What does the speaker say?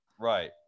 Right